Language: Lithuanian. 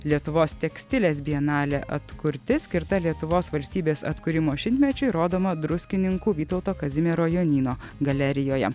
lietuvos tekstilės bienalė atkurti skirta lietuvos valstybės atkūrimo šimtmečiui rodoma druskininkų vytauto kazimiero jonyno galerijoje